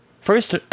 First